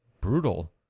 brutal